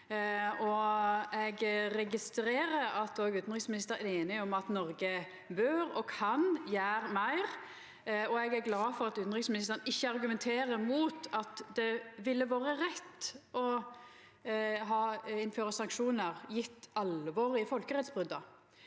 Eg registrerer at utanriksministeren er einig i at Noreg bør og kan gjera meir, og eg er glad for at utanriksministeren ikkje argumenterer mot at det ville vore rett å innføra sanksjonar – gjeve alvoret i folkerettsbrota